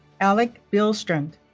alec billstrand